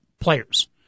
players